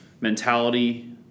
mentality